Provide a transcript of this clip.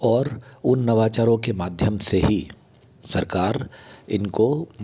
और उन नवाचरों के माध्यम से ही सरकार इनको